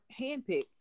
handpicked